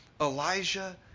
Elijah